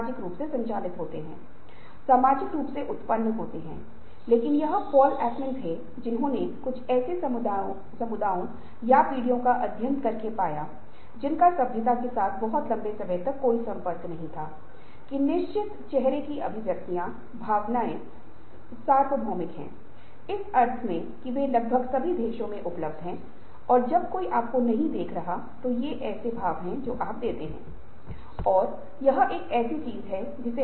और बदलने के लिए प्रतिरोध कर रहे हैं एक परिवर्तन प्रस्ताव की सबसे अधिक संभावना प्रतिक्रिया अपमानजनक आपत्तियों की एक श्रृंखला है कुछ प्रासंगिक या परिवर्तन का कोई प्रस्तावक सभी निहितार्थों पर एक विचार नहीं कर सकता है कुछ प्रासंगिक हो सकते हैं और कुछ अप्रासंगिक हो सकते हैं